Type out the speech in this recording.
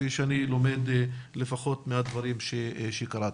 כפי שאני למד מהדברים שקראתי.